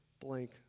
blank